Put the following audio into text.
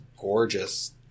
gorgeous